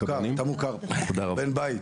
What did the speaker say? אתה מוכר, בן בית.